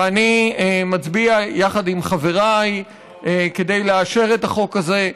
ואני מצביע יחד עם חבריי כדי לאשר את החוק הזה.